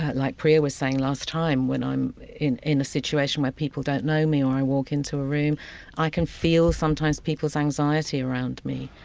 like priya was saying last time, when i'm in in a situation where people don't know me or i walk into a room i can feel sometimes people's anxiety around me.